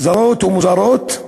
זרות ומוזרות.